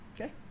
okay